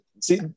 see